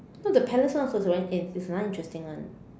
no the palace [one] also when is very interesting [one]